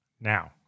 Now